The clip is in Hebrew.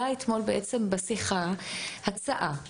עלתה אתמול בשיחה הצעה להגיד: